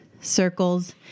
circles